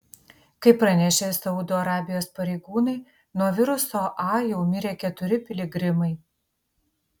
kaip pranešė saudo arabijos pareigūnai nuo viruso a jau mirė keturi piligrimai